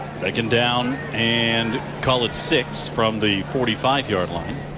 second down and call it six from the forty five yard line.